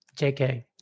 JK